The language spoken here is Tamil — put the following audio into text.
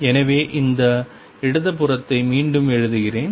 எனவே இந்த இடது புறத்தை மீண்டும் எழுதுகிறேன்